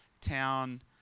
town